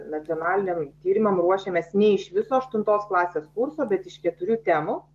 nacionaliniam tyrimam ruošėmės ne iš viso aštuntos klasės kurso bet iš keturių temų